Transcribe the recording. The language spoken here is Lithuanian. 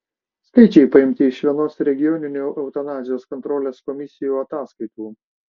skaičiai paimti iš vienos regioninių eutanazijos kontrolės komisijų ataskaitų